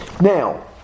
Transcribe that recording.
Now